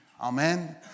Amen